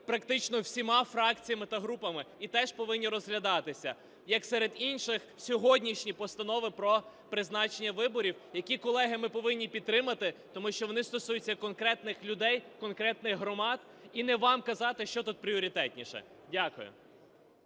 практично всіма фракціями та групами, і теж повинні розглядатися. Як серед інших, сьогоднішні постанови про призначення виборів, які, колеги, ми повинні підтримати, тому що вони стосуються конкретних людей, конкретних громад і не вам казати що тут пріоритетніше. Дякую.